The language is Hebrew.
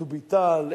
דובי טל,